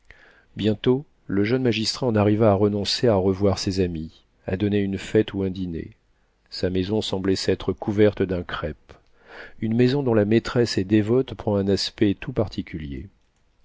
bientôt le jeune magistrat en arriva à renoncer à recevoir ses amis à donner une fête ou un dîner sa maison semblait s'être couverte d'un crêpe une maison dont la maîtresse est dévote prend un aspect tout particulier